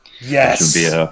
Yes